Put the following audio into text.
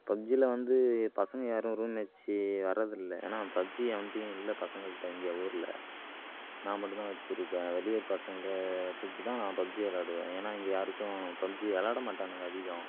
பப்ஜில வந்து பசங்கள் யாரும் ரூம் மேச்சி வர்றது இல்லை ஏன்னா பப்ஜி எவன்கிட்டயும் இல்லை பசங்கள்ட்ட இங்கே ஊருல நான் மட்டும் தான் வச்சிருக்கேன் வெளியூர் பசங்கள் கூப்ட்டு தான் நான் பப்ஜி விளாடுவன் ஏன்னா இங்கே யாருக்கும் பப்ஜி விளயாட மாட்டானுங்க அதிகம்